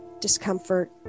discomfort